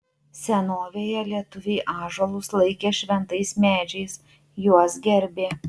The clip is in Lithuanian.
senovėje lietuviai ąžuolus laikė šventais medžiais juos gerbė